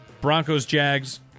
Broncos-Jags